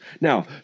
Now